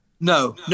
No